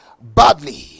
badly